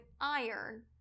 iron